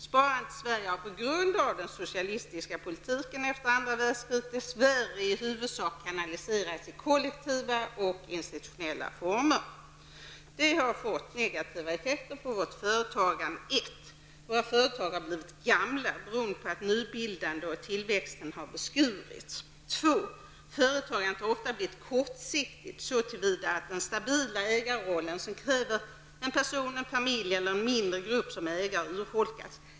Sparandet i Sverige har på grund av den socialistiska politiken efter andra världskriget dess värre i huvud sak kanaliserats i kollektiva och institutionella former. Detta har fått negativa effekter på vårt företagande. 1. Våra företagare har blivit gamla -- beroende på att nybildandet och tillväxten har beskurits. 2. Företagandet har ofta blivit kortsiktigt så till vida att den stabila äganderollen som kräver en person, en familj eller en mindre grupp som ägare har urholkats.